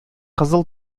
кызыл